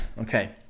okay